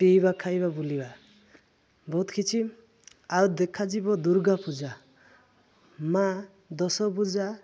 ପିଇବା ଖାଇବା ବୁଲିବା ବହୁତ କିଛି ଆଉ ଦେଖାଯିବ ଦୁର୍ଗା ପୂଜା ମା' ଦଶଭୁଜା